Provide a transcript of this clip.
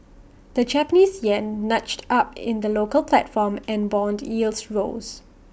the Japanese Yen nudged up in the local platform and Bond yields rose